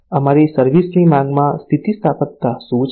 અમારી સર્વિસ ની માંગની સ્થિતિસ્થાપકતા શું છે